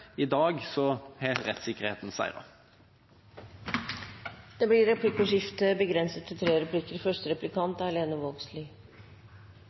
I dag har rettssikkerheten seiret. Det blir replikkordskifte.